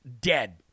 dead